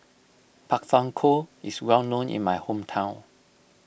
Pak Thong Ko is well known in my hometown